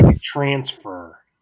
transfer